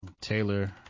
Taylor